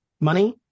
money